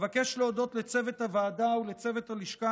אבקש להודות לצוות הוועדה ולצוות הלשכה